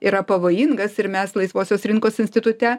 yra pavojingas ir mes laisvosios rinkos institute